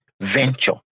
venture